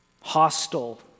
hostile